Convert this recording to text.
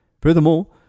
Furthermore